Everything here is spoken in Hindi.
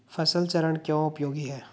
फसल चरण क्यों उपयोगी है?